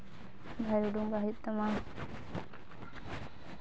ᱵᱟᱦᱮᱨ ᱩᱰᱩᱠ ᱵᱟᱝ ᱦᱩᱭᱩᱜ ᱛᱟᱢᱟ